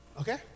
Okay